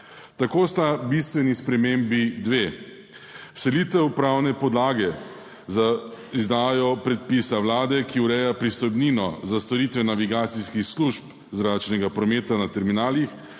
Tako sta bistveni spremembi dve – selitev pravne podlage za izdajo predpisa Vlade, ki ureja pristojbino za storitve navigacijskih služb zračnega prometa na terminalih,